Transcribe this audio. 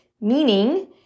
meaning